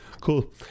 Cool